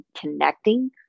connecting